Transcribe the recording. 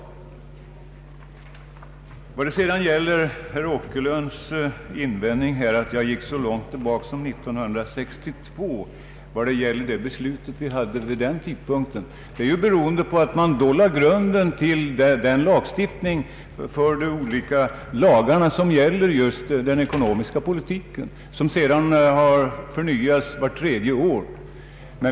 Vad sedan gäller herr Åkerlunds invändning emot att jag gick så långt tillbaka i tiden som till 1962 och åberopade det beslut som då fattades, vill jag bara säga att det var då man lade grunden till den lagstiftning som gäller den ekonomiska politiken och som sedan förnyats vart tredje år.